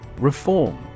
Reform